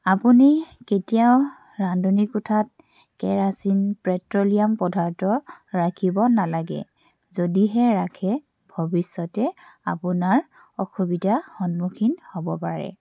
আপুনি কেতিয়াও ৰান্ধনি কোঠাত কেৰাচিন পেট্ৰ'লিয়াম পদাৰ্থ ৰাখিব নালাগে যদিহে ৰাখে ভৱিষ্যতে আপোনাৰ অসুবিধাৰ সন্মুখীন হ'ব পাৰে